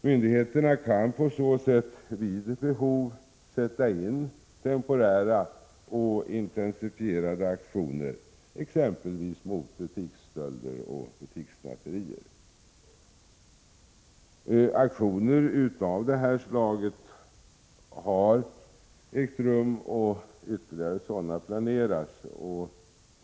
Myndigheterna kan på så sätt vid behov sätta in temporära och intensifierade aktioner, exempelvis mot butiksstölder och butikssnatterier. Aktioner av detta slag har ägt rum och ytterligare sådana planeras.